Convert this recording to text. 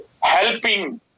helping